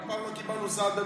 אף פעם לא קיבלנו סעד מבג"ץ.